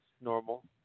Normal